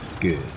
Good